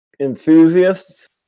enthusiasts